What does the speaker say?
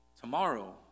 tomorrow